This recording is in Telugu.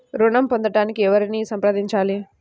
ఋణం పొందటానికి ఎవరిని సంప్రదించాలి?